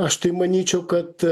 aš tai manyčiau kad